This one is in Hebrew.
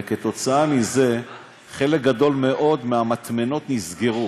וכתוצאה מזה חלק גדול מאוד מהמטמנות נסגרו.